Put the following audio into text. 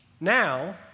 Now